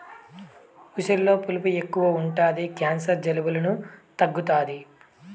ఉసిరిలో పులుపు ఎక్కువ ఉంటది క్యాన్సర్, జలుబులను తగ్గుతాది